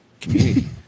community